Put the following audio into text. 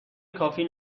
کافی